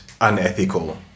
unethical